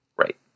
right